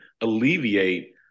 alleviate